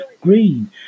Green